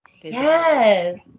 Yes